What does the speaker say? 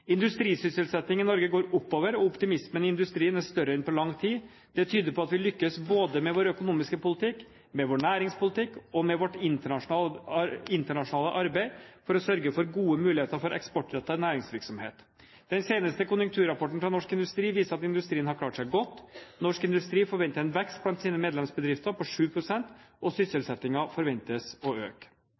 Industrisysselsettingen i Norge går oppover, og optimismen i industrien er større enn på lang tid. Det tyder på at vi lykkes både med vår økonomiske politikk, med vår næringspolitikk og med vårt internasjonale arbeid for å sørge for gode muligheter for eksportrettet næringsvirksomhet. Den seneste konjunkturrapporten fra Norsk Industri viser at industrien har klart seg godt. Norsk Industri forventer en vekst blant sine medlemsbedrifter på 7 pst., og sysselsettingen forventes å øke.